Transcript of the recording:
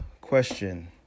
question